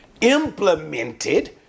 implemented